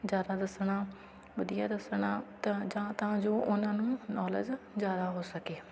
ਜ਼ਿਆਦਾ ਦੱਸਣਾ ਵਧੀਆ ਦੱਸਣਾ ਤਾਂ ਜਾਂ ਤਾਂ ਜੋ ਉਹਨਾਂ ਨੂੰ ਨੌਲੇਜ ਜ਼ਿਆਦਾ ਹੋ ਸਕੇ